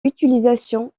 utilisation